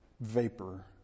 vapor